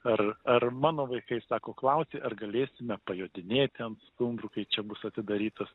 ar ar mano vaikai sako klausia ar galėsime pajodinėti ant stumbrų kai čia bus atidarytas